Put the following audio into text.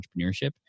entrepreneurship